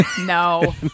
No